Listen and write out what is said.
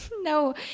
No